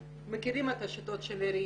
מכירים את השיטות של העירייה.